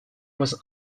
was